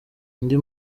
indi